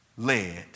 led